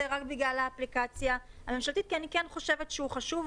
הזה רק בגלל האפליקציה הממשלתית כי אני כן חושבת שהוא חשוב,